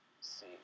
see